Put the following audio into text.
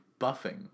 buffing